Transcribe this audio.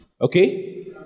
Okay